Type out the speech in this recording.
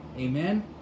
Amen